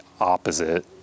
opposite